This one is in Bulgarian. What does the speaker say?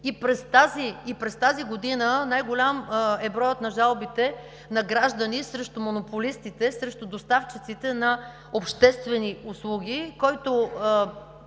И през тази година най-голям е броят на жалбите на граждани срещу монополистите, срещу доставчиците на обществени услуги, който